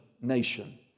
nation